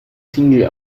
single